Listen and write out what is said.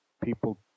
People